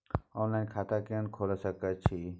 Online खाता केना खोले सकै छी?